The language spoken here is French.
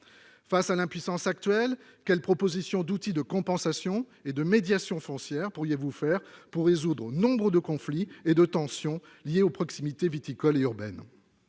Face à l'impuissance actuelle, quelles propositions d'outils de compensation et de médiation foncière pourriez-vous faire pour résoudre nombre de conflits et tensions liés aux proximités viticoles et urbaines ?